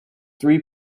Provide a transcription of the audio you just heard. three